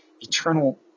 eternal